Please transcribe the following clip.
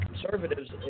conservatives